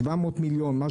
700 מיליון,